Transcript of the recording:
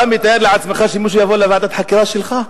אתה מתאר לעצמך שמישהו יבוא לוועדת חקירה שלך?